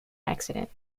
accident